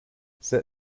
set